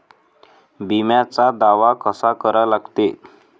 बिम्याचा दावा कसा करा लागते?